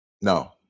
No